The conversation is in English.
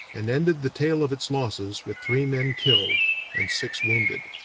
and ended the tale of its losses with three men killed and six wounded.